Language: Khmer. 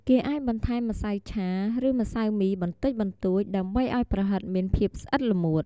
គេអាចបន្ថែមម្សៅឆា ឬម្សៅមីបន្តិចបន្តួច ដើម្បីឱ្យប្រហិតមានភាពស្អិតល្មួត។